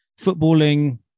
footballing